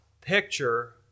picture